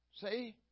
See